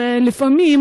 (מחיאות כפיים) אז לפעמים